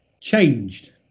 changed